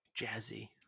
jazzy